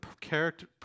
character